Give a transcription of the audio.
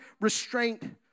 restraint